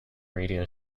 radio